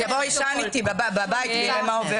שיבוא ויישן איתי בבית, יראה מה עובר עליי.